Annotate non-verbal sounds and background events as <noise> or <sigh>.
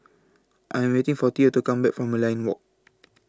I Am waiting For Theo to Come Back from Merlion Walk <noise>